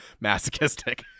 masochistic